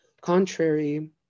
Contrary